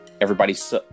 everybody's